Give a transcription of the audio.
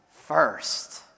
first